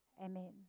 Amen